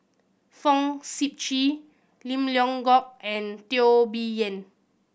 Fong Sip Chee Lim Leong Geok and Teo Bee Yen